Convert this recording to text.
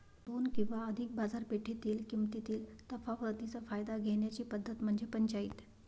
दोन किंवा अधिक बाजारपेठेतील किमतीतील तफावतीचा फायदा घेण्याची पद्धत म्हणजे पंचाईत